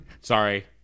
sorry